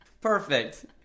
perfect